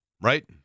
Right